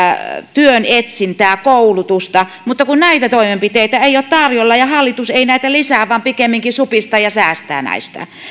työnetsintää koulutusta mutta näitä toimenpiteitä ei ole tarjolla ja hallitus ei näitä lisää vaan pikemminkin supistaa ja säästää näistä